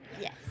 yes